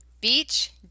Beach